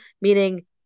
meaning